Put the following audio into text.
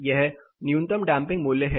यह न्यूनतम डैंपिंग मूल्य है